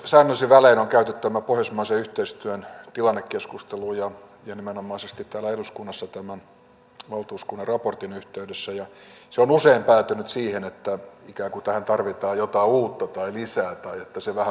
säännöllisin välein on käyty tämä pohjoismaisen yhteistyön tilannekeskustelu ja nimenomaisesti täällä eduskunnassa tämän valtuuskunnan raportin yhteydessä ja se on usein päätynyt siihen että ikään kuin tähän tarvitaan jotain uutta tai lisää tai että se vähän polkee paikallaan